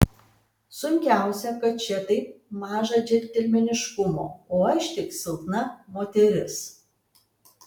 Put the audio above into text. sunkiausia kad čia taip maža džentelmeniškumo o aš tik silpna moteris